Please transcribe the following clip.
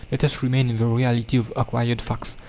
let us remain in the reality of acquired facts.